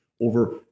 over